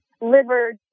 liver